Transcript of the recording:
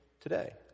today